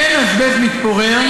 אין אזבסט מתפורר.